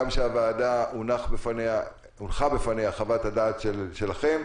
הגם שהונחה בפני הוועדה חוות הדעת שלכם.